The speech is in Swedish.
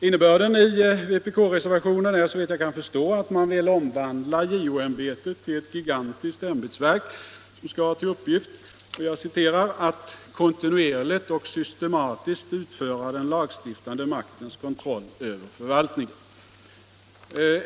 Innebörden i vpk-reservationen är, såvitt jag kan förstå, att man vill omvandla JO ämbetet till ett gigantiskt ämbetsverk som skall ha till uppgift ”att kontinuerligt och systematiskt utföra den lagstiftande maktens kontroll över förvaltningen”.